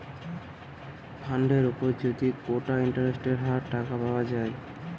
ফান্ডের উপর যদি কোটা ইন্টারেস্টের হার টাকা পাওয়া যায়